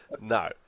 No